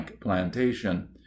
plantation